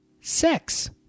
Sex